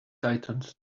tightened